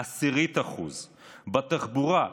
0.1%; בתחבורה,